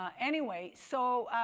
um anyway, so